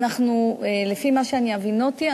לפי מה שהבינותי,